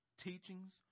teachings